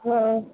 हँ